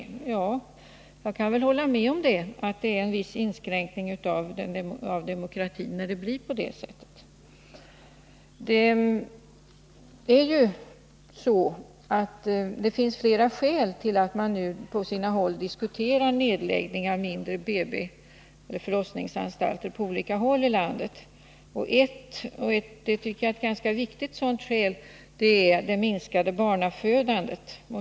Ja, jag kan väl hålla med om att det är en viss inskränkning i demokratin när det blir på det sättet. Det finns flera skäl till att man nu på sina håll diskuterar nedläggning av mindre förlossningsanstalter på olika orter i landet. Ett som jag tycker ganska viktigt skäl är det minskade barnafödandet.